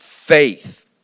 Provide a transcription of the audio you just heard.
faith